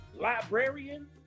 librarian